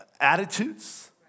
attitudes